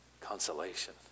consolation